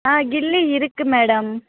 ஆ கில்லி இருக்குது மேடம்